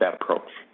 approach.